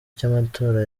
cy’amatora